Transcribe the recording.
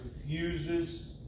refuses